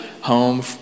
home